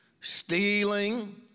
stealing